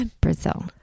Brazil